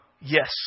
Yes